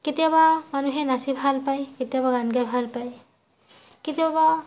কেতিয়াবা মানুহে নাচি ভাল পায় কেতিয়াবা গান গাই ভাল পায় কেতিয়াবা